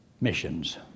Missions